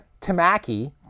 Tamaki